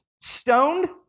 stoned